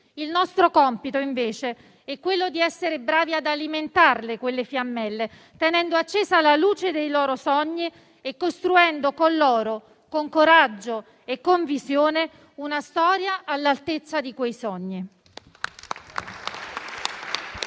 Il nostro compito, invece, è quello di essere bravi ad alimentarle quelle fiammelle, tenendo accesa la luce dei loro sogni e costruendo con loro, con coraggio e con visione, una storia all'altezza di quei sogni.